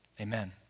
Amen